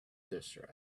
desert